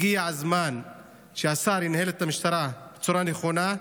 הגיע הזמן שהשר ינהל את המשטרה בצורה נכונה,